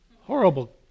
horrible